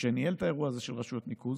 שניהל את האירוע של רשויות ניקוז.